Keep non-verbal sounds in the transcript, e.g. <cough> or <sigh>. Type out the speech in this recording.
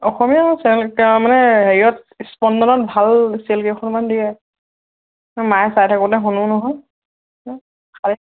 অসমীয়া চেনেলকেইটা মানে হেৰিয়ত স্পন্দনত ভাল চিৰিয়েল কেইখনমান দিয়ে মায়ে চাই থাকোঁতে শুনো নহয় <unintelligible>